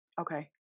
Okay